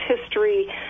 history